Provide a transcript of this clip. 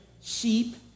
sheep